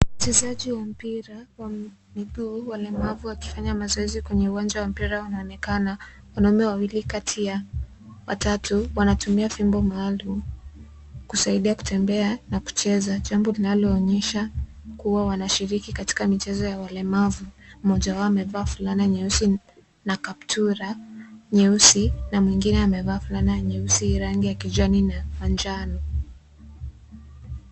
Mchezaji wa mpira wa miguu, walemavu wakifanya mazoezi kwenye uwanja wa mpira wanaonekana. Wanaume wawili kati ya watatu, wanatumia fimbo maalum, kusaidia kutembea na kucheza. Jambo linaloonyesha kuwa wanashiriki katika michezo ya walemavu. Mmoja wao amevaa fulana nyeusi na kaptura nyeusi, na mwingine amevaa fulana nyeusi rangi ya kijani na manjano.